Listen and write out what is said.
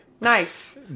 Nice